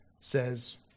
says